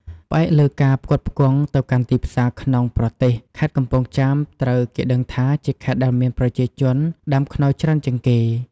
ផ្អែកលើការផ្គត់ផ្គង់ទៅកាន់ទីផ្សារក្នុងប្រទេស ខេត្តកំពង់ចាម ត្រូវគេដឹងថា ជាខេត្តដែលមានប្រជាជនដាំខ្នុរច្រើនជាងគេ។